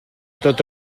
tot